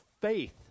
faith